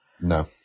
No